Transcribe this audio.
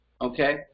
Okay